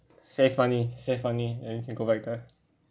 save money save money then you can go back there